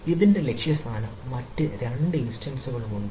ഇതിന് ലക്ഷ്യസ്ഥാനം മറ്റൊരു രണ്ട് ഇൻസ്റ്റൻസ്ളുണ്ട്